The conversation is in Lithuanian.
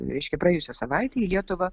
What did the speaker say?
reiškia praėjusią savaitę į lietuvą